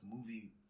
movie